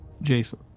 Jason